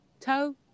toe